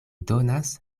donas